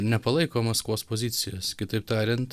nepalaiko maskvos pozicijos kitaip tariant